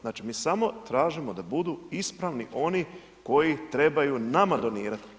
Znači mi samo tražimo da budu ispravni oni koji trebaju nama donirati.